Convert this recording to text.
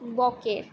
বকের